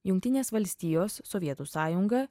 jungtinės valstijos sovietų sąjunga